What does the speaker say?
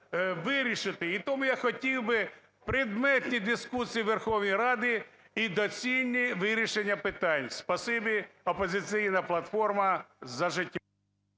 вирішити. І тому я хотів би предметні дискусії в Верховній Раді і доцільне вирішення питань. Спасибі. "Опозиційна платформа – За життя".